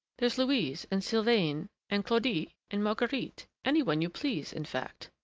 there's louise and sylvaine and claudie and marguerite any one you please, in fact.